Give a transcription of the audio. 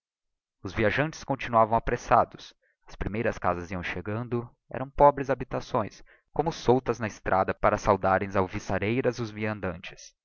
os viajantes continuavam apressados as primeiras casas iam chegando eram pobres habitações como soltas na estrada para saudarem alviçareiras os viandantes